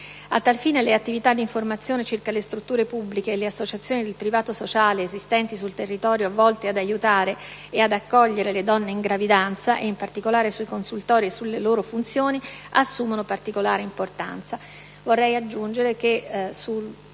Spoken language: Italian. A tal fine, le attività di informazione circa le strutture pubbliche e le associazioni del privato sociale esistenti sul territorio volte ad aiutare e ad accogliere le donne in gravidanza, e in particolare sui consultori e sulle loro funzioni, assumono particolare importanza.